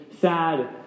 sad